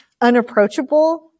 unapproachable